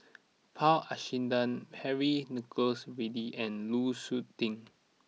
Paul Abisheganaden Henry Nicholas Ridley and Lu Suitin